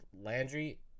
Landry